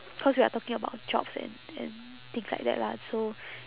because we are talking about jobs and and things like that lah so